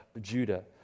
Judah